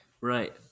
right